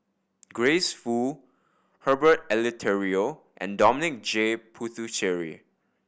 Grace Fu Herbert Eleuterio and Dominic J Puthucheary